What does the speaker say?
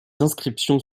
inscriptions